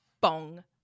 bong